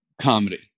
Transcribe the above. comedy